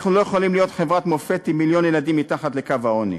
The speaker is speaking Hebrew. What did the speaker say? אנחנו לא יכולים להיות חברת מופת עם מיליון ילדים מתחת לקו העוני.